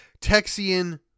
Texian